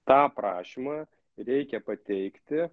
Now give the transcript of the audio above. tą prašymą reikia pateikti